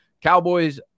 Cowboys